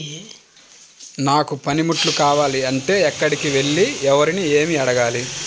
నాకు పనిముట్లు కావాలి అంటే ఎక్కడికి వెళ్లి ఎవరిని ఏమి అడగాలి?